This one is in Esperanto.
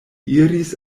iris